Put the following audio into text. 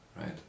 right